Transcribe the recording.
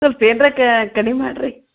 ಸ್ವಲ್ಪ್ ಏನಾರ ಕಡಿಮೆ ಮಾಡಿರಿ